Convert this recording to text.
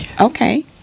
Okay